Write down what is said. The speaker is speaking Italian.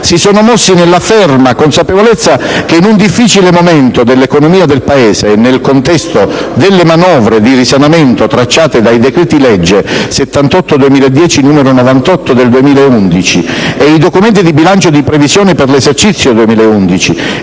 si sono mossi nella ferma consapevolezza che, in un difficile momento dell'economia del Paese e nel contesto delle manovre di risanamento tracciate dai decreti-legge n. 78 del 2010 e n. 98 del 2011, i documenti di bilancio di previsione per l'esercizio 2011